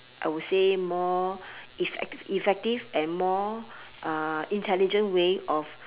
I would say more effect effective and more uh intelligent way of